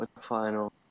final